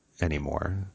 anymore